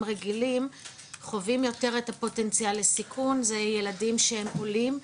רגילים חווים יותר את הפוטנציאל לסיכון זה ילדים שהם עולים,